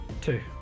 Two